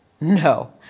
No